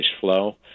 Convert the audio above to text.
flow